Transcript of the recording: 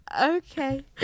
okay